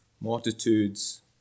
multitudes